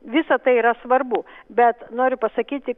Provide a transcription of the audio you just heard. visa tai yra svarbu bet noriu pasakyti